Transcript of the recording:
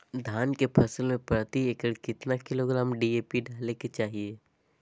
धान के फसल में प्रति एकड़ कितना किलोग्राम डी.ए.पी डाले के चाहिए?